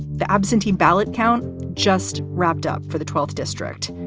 the absentee ballot count just wrapped up for the twelfth district.